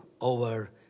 over